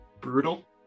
Brutal